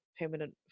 permanent